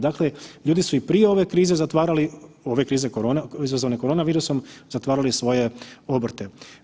Dakle, ljudi su i prije ove krize zatvarali, ove krize korona izazvane korona virusom, zatvarali svoje obrte.